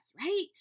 right